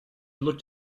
looked